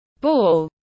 ball